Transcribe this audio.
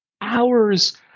hours